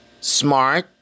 Smart